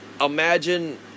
imagine